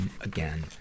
again